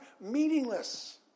meaningless